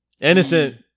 Innocent